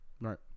Right